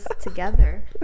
together